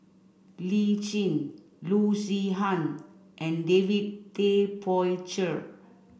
Lee Tjin Loo Zihan and David Tay Poey Cher